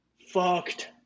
Fucked